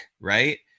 right